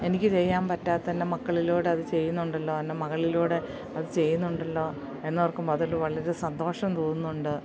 എനിക്ക് ചെയ്യാൻ പറ്റാത്തത് എൻ്റെ മക്കളിലൂടെ അത് ചെയ്യുന്നുണ്ടല്ലോ എൻ്റെ മകളിലൂടെ അത് ചെയ്യുന്നുണ്ടല്ലോ എന്നോർക്കുമ്പം അതിൽ വളരെ സന്തോഷം തോന്നുന്നുണ്ട്